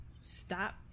stop